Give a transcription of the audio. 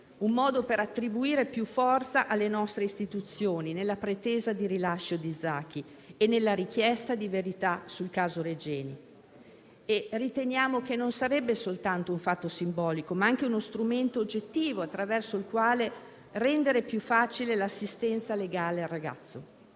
un modo per attribuire più forza alle nostre istituzioni nella pretesa di rilascio di Zaki e nella richiesta di verità sul caso Regeni. Riteniamo che sarebbe non soltanto un fatto simbolico, ma anche uno strumento oggettivo attraverso il quale rendere più facile l'assistenza legale al ragazzo.